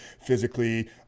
physically